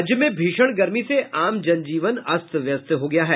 राज्य में भीषण गर्मी से आम जन जीवन अस्त व्यस्त हो गया है